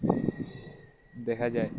দেখা যায়